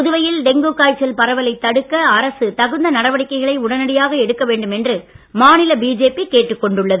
புதுவையில் டெங்கு காய்ச்சல் பரவலைத் தடுக்க அரசு தகுந்த நடவடிக்கைகளை உடனடியாக எடுக்க வேண்டும் என்று மாநில பிஜேபி கேட்டுக் கொண்டுள்ளது